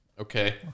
Okay